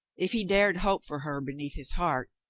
if he dared hope for her be neath his heart,